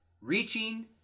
Reaching